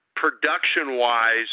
Production-wise